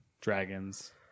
dragons